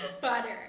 butter